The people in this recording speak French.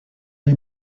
des